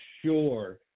sure